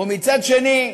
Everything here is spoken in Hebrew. ומצד שני,